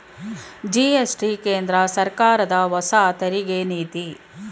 GST ಕೇಂದ್ರ ಸರ್ಕಾರದ ಹೊಸ ತೆರಿಗೆ ನೀತಿ